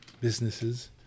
businesses